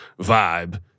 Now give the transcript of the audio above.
vibe